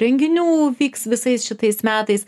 renginių vyks visais šitais metais